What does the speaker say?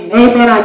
amen